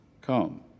come